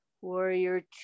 Warrior